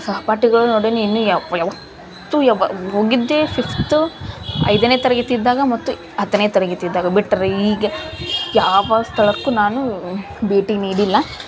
ಸಹಪಾಠಿಗಳೊಡನೆ ಇನ್ನು ಯಾವತ್ತೂ ಯಾವ ಹೋಗಿದ್ದೇ ಫಿಫ್ತು ಐದನೇ ತರಗತಿ ಇದ್ದಾಗ ಮತ್ತು ಹತ್ತನೇ ತರಗತಿ ಇದ್ದಾಗ ಬಿಟ್ಟರೆ ಈಗ ಯಾವ ಸ್ಥಳಕ್ಕೂ ನಾನು ಭೇಟಿ ನೀಡಿಲ್ಲ